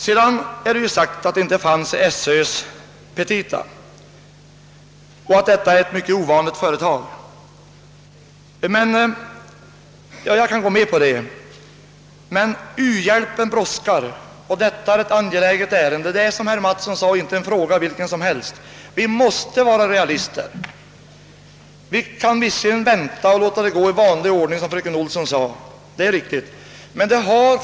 Det har vidare anförts, att detta anslag inte finns upptaget i skolöverstyrelsens petita och att detta är ett mycket ovanligt företag. Det är riktigt. Men u-hbjälpen brådskar, och detta är ett angeläget ärende. Det är, som herr Mattsson sade, inte en fråga vilken som helst. Vi kan visserligen vänta och, som fröken Olsson sade, låta ärendet gå i vanlig ordning.